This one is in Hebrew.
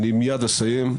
אני מיד אסיים.